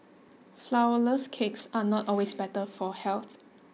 flourless cakes are not always better for health